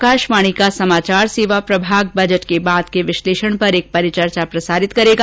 आकाशवाणी का समाचार सेवा प्रभाग बजट के बाद के विश्लेषण पर एक परिचर्चा प्रसारित करेगा